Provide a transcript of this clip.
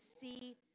see